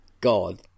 God